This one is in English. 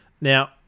now